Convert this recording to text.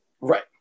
Right